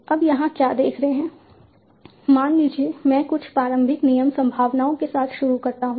हम यहां क्या देख रहे हैं मान लीजिए मैं कुछ प्रारंभिक नियम संभावनाओं के साथ शुरू करता हूं